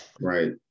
right